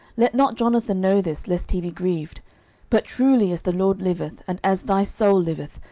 let not jonathan know this, lest he be grieved but truly as the lord liveth, and as thy soul liveth,